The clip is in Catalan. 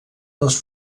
les